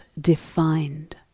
defined